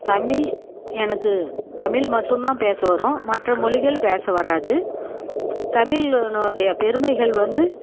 தமிழ் எனக்கு தமிழ் மட்டும் தான் பேச வரும் மற்ற மொழிகள் பேச வராது தமிழ்னுடைய பெருமைகள் வந்து